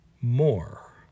more